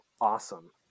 awesome